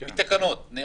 בתקנות.